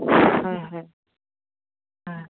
হয় হয় হয়